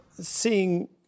seeing